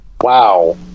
Wow